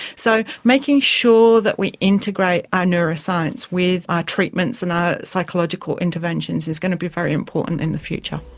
so making sure that we integrate our neuroscience with our treatments and our psychological interventions is going to be very important in the future.